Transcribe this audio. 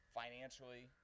financially